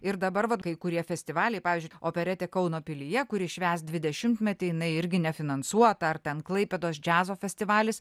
ir dabar vat kai kurie festivaliai pavyzdžiui operetė kauno pilyje kuri švęs dvidešimtmetį jinai irgi nefinansuota ar ten klaipėdos džiazo festivalis